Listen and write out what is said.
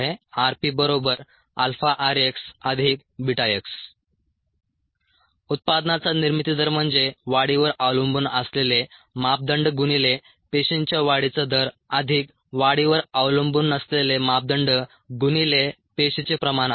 rpαrxβx उत्पादनाचा निर्मिती दर म्हणजे वाढीवर अवलंबून असलेले मापदंड गुणिले पेशींच्या वाढीचा दर अधिक वाढीवर अवलंबून नसलेले मापदंड गुणिले पेशीचे प्रमाण असते